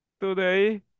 today